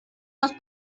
los